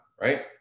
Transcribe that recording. right